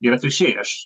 ir atvirkščiai aš